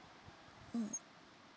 mm